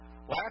Last